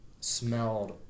smelled